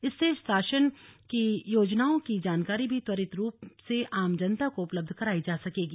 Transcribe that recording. इससे शासन की योजनाओं की जानकारी भी त्वरित रूप से आम जनता को उपलब्ध करायी जा सकेगी